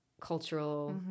cultural